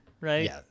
right